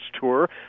tour